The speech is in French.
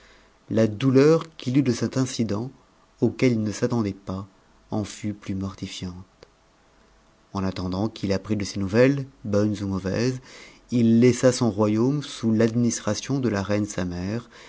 la doulen qu'il eut de cet incident auquel il ne s'attendait pas en fut plus monifiante en attendant qu'il apprit de ses nouvelles bonnes ou mauvaises il laissa son royaume sous l'administration de la reine sa mère